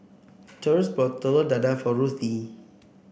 Taurus bought Telur Dadah for Ruthie